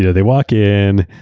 yeah they walk in,